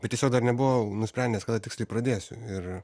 bet tiesiog dar nebuvau nusprendęs kada tiksliai pradėsiu ir